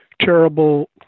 terrible